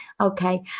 Okay